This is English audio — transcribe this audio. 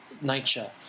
nature